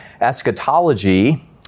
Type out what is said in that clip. eschatology